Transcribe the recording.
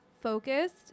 focused